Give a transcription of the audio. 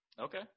Okay